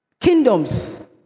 Kingdoms